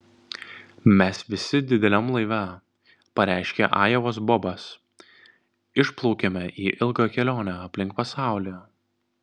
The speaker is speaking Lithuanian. mes visi dideliam laive pareiškė ajovos bobas išplaukiame į ilgą kelionę aplink pasaulį